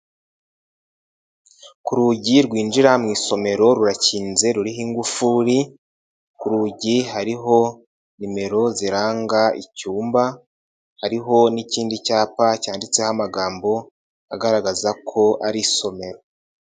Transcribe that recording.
Ku rugi rwinjira mu isomero rurakinze ruriho ingufuri, ku rugi hariho nimero ziranga icyumba, hariho n'ikindi cyapa cyanditseho amagambo agaragaza ko ari isomero.